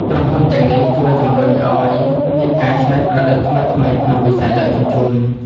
ក្រុមហ៊ុនទាំងនេះជួយជំរុញឱ្យមានការច្នៃប្រឌិតថ្មីៗក្នុងវិស័យដឹកជញ្ជូន។